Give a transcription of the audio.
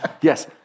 Yes